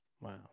wow